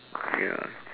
ya